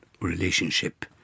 relationship